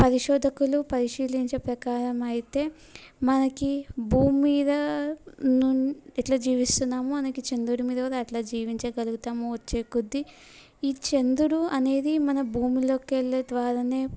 పరిశోధకులు పరిశీలించిన ప్రకారం అయితే మనకు భూమి మీద ను ఎట్లా జీవిస్తున్నామో మనకు చంద్రుడి మీద కూడా అట్లే జీవించగలుగుతాము వచ్చే కొద్ది ఈ చంద్రుడు అనేది మన భూమిలోకి వెళ్ళే ద్వారా